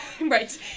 Right